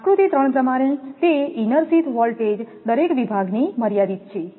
આકૃતિ 3 પ્રમાણે તે ઇનર શીથ વોલ્ટેજ દરેક વિભાગ ની મર્યાદિત છે